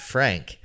Frank